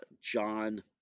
John